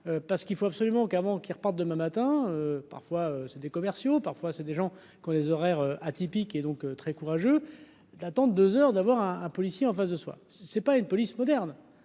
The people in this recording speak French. parce qu'il faut absolument qu'avant qu'repartent demain matin, parfois c'est des commerciaux, parfois c'est des gens qu'ont les horaires atypiques et donc très courageux, datant de 2 heures d'avoir un un policier en face de soi, c'est pas une police moderne.